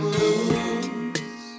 lose